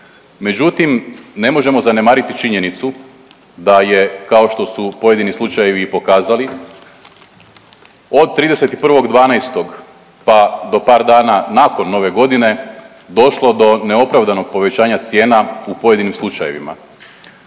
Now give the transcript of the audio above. Međutim, ne možemo zanemariti činjenicu da je kao što su pojedini slučajevi i pokazali od 31.12. pa do par dana nakon Nove godine došlo do neopravdanog povećanja cijena u pojedinim slučajevima.